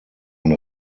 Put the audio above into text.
ein